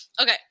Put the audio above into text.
Okay